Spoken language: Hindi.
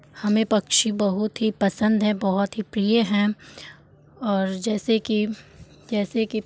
हमें पक्षी बहुत ही पसंद ही बहुत ही प्रिय हैं और जैसे कि जैसे कि